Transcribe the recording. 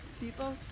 people